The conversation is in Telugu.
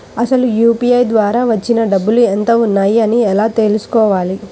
అసలు యూ.పీ.ఐ ద్వార వచ్చిన డబ్బులు ఎంత వున్నాయి అని ఎలా తెలుసుకోవాలి?